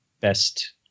best